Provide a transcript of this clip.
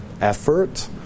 effort